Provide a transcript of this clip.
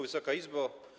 Wysoka Izbo!